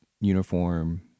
uniform